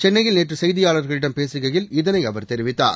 சென்னையில் நேற்று செய்தியாளர்களிடம் பேசுகையில் இதனை அவர் தெரிவித்தார்